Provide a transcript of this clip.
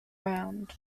round